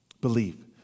Believe